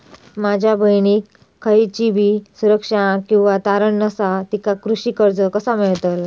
माझ्या बहिणीक खयचीबी सुरक्षा किंवा तारण नसा तिका कृषी कर्ज कसा मेळतल?